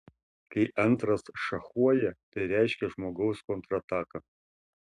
kai antras šachuoja tai reiškia žmogaus kontrataką